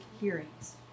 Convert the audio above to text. hearings